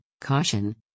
caution